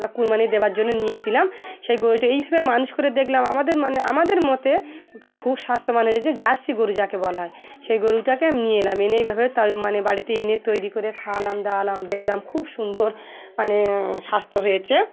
আমরা কুরবানি দেবার জন্য নিয়েছিলাম সেই গরুটা এইভাবে মানুষ করে দেখলাম আমাদের মানে আমাদের মতে ওটা খুব স্বাস্থ্যবান হয়ে যছে জার্সি গরু যাকে বলা হয় সেই গরুটাকে আমি নিয়ে এলাম এনে এইভাবে ত মানে বাড়িতে এনে তৈরি করে খাওয়ালাম দাওয়ালাম দেখলাম খুব সুন্দর মানে স্বাস্থ্য হয়েছে